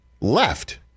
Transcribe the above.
left